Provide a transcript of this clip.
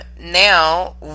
Now